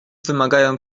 wymagają